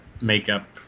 makeup